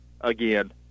again